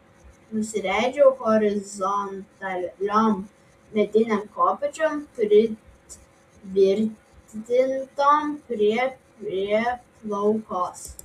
nusileidžiu horizontaliom medinėm kopėčiom pritvirtintom prie prieplaukos